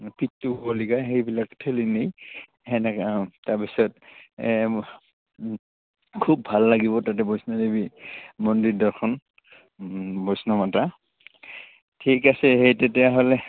পিত্তু বুলি কয় সেইবিলাক ঠেলি নি তেনেকৈ তাৰপিছত খুব ভাল লাগিব তাতে বৈষ্ণৱদেৱী মন্দিৰ দৰ্শন বৈষ্ণৱমাতা ঠিক আছে সেই তেতিয়াহ'লে